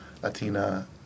Latina